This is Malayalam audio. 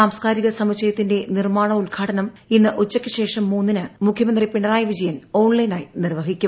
സാംസ്കാരിക സമുച്ചയത്തിന്റെ നിർമാണോദ്ഘാടനം ഇ ന്ന് ഉച്ചയ്ക്ക് ശേഷം മൂന്നിന് മുഖ്യമന്ത്രി പിണറായി വിജയൻ ഓൺലൈനായി നിർവഹിക്കും